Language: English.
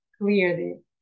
clearly